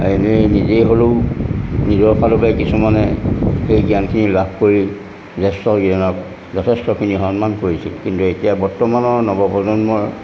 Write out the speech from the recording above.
এনেই নিজেই হ'লেও নিজৰ ফালৰ পৰাই কিছুমানে সেই জ্ঞানখিনি লাভ কৰি জ্যেষ্ঠজনক যথেষ্টখিনি সন্মান কৰিছিল কিন্তু এতিয়া বৰ্তমানৰ নৱপ্ৰজন্মৰ